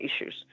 issues